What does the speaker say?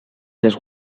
les